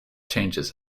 changes